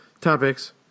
topics